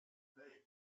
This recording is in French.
hey